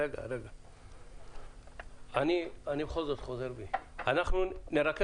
אני קורא